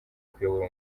kuyobora